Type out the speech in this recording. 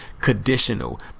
conditional